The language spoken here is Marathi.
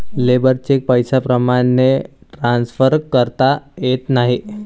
लेबर चेक पैशाप्रमाणे ट्रान्सफर करता येत नाही